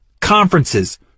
conferences